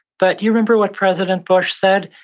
but you remember what president bush said,